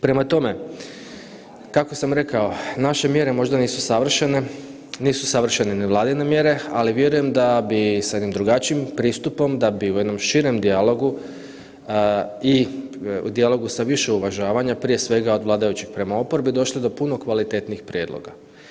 Prema tome, kako sam rekao naše mjere možda nisu savršene, nisu savršene ni Vladine mjere ali vjerujem da bi sa jednim drugačijim pristupom, da bi u jednom širem dijalogu i u dijalogu sa više uvažavanja prije svega od vladajućih prema oporbi došli do puno kvalitetnijih prijedloga.